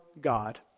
God